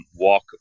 walk